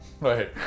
Right